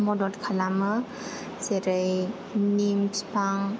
मदद खालामो जेरै निम बिफां